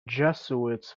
jesuits